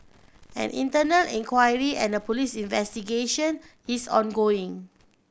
an internal inquiry and a police investigation is ongoing